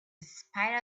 spite